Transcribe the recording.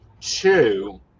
Two